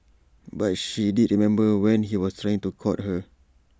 but she did remember when he was trying to court her